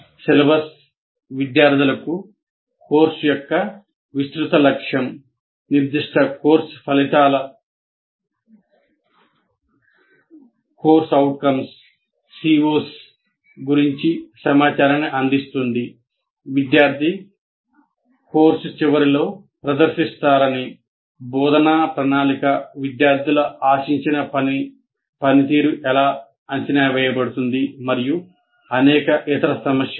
syllabus విద్యార్థులకు course యొక్క విస్తృత లక్ష్యం నిర్దిష్ట కోర్సు ఫలితాల గురించి సమాచారాన్ని అందిస్తుంది విద్యార్థి కోర్సు చివరిలో ప్రదర్శిస్తారని బోధనా ప్రణాళిక విద్యార్థులు ఆశించిన పని పనితీరు ఎలా అంచనా వేయబడుతుంది మరియు అనేక ఇతర సమస్యలు